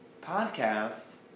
podcast